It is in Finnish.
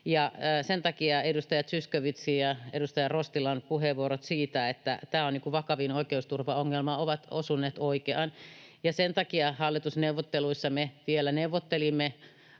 sen takia edustaja Zyskowiczin ja edustaja Rostilan puheenvuorot siitä, että tämä on vakavin oikeusturvaongelma, ovat osuneet oikeaan. Sen takia hallitusneuvotteluissa me vielä neuvottelimme